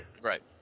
Right